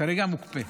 כרגע מוקפא.